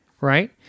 right